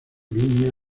viña